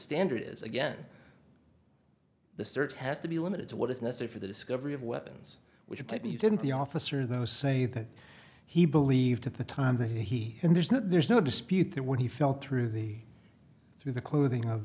standard is again the search has to be limited to what is necessary for the discovery of weapons which you claim you didn't the officer those say that he believed at the time that he and there's no there's no dispute that when he fell through the through the clothing of